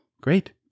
Great